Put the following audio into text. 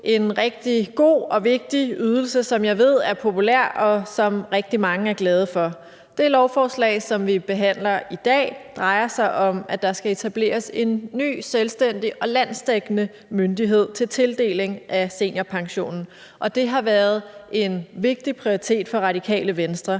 en rigtig god og vigtig ydelse, som jeg ved er populær, og som rigtig mange er glade for. Det lovforslag, som vi behandler i dag, drejer sig om, at der skal etableres en ny selvstændig og landsdækkende myndighed til tildeling af seniorpensionen, og det har været en vigtig prioritering for Radikale Venstre.